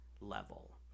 level